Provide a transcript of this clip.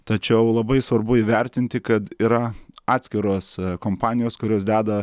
tačiau labai svarbu įvertinti kad yra atskiros kompanijos kurios deda